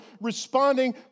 responding